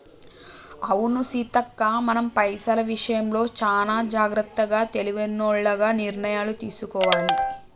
అవును సీతక్క మనం పైసల విషయంలో చానా జాగ్రత్తగా తెలివైనోల్లగ నిర్ణయాలు తీసుకోవాలి